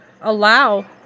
allow